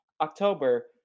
October